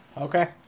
Okay